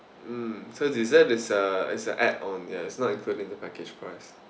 mm so dessert is a is a add on ya it's not included in the package price